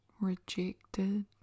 Rejected